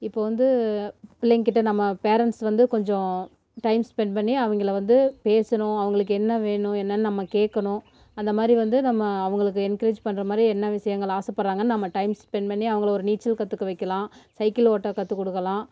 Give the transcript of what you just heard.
இப்போ வந்து பிள்ளைங்கக்கிட்டே நம்ம பேரெண்ட்ஸ் வந்து கொஞ்சம் டைம் ஸ்பென்ட் பண்ணி அவங்கள வந்து பேசணும் அவங்களுக்கு என்ன வேணும் என்னென்னு நம்ம கேட்கணும் அந்தமாதிரி வந்து நம்ம அவங்களுக்கு என்கரேஜ் பண்ணுற மாதிரி என்ன விஷயங்கள் ஆசைப்பட்றாங்கன்னு நம்ம டைம் ஸ்பென்ட் பண்ணி அவங்களை ஒரு நீச்சல் கற்றுக்க வைக்கலாம் சைக்கிள் ஓட்ட கற்றுக் கொடுக்கலாம்